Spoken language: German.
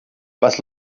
was